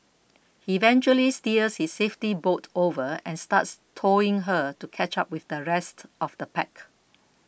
he eventually steers his safety boat over and starts towing her to catch up with the rest of the pack